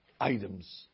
items